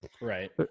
Right